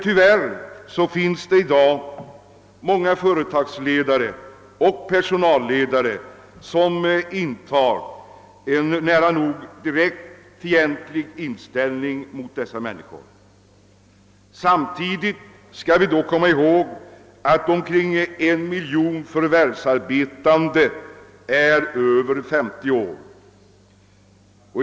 Tyvärr finns det dock i dag många företagsledare och personalchefer som intar en nära nog direkt fientlig inställning mot dessa människor. Samtidigt skall vi komma ihåg att omkring 1 miljon förvärvsarbetande i vårt land är över 50 år.